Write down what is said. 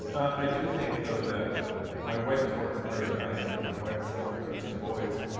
i do think, though, that my wife is working harder than i am and my wife is at home with our two boys,